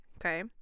Okay